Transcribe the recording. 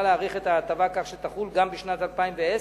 להאריך את ההטבה כך שתחול גם בשנת 2010,